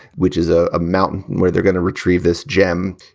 which is a ah mountain where they're going to retrieve this gem.